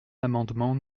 l’amendement